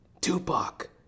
Tupac